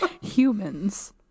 Humans